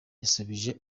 yasubije